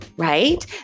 right